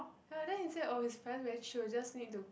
ya then he said oh his parents very chill just need to